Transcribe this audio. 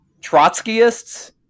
Trotskyists